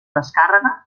descàrrega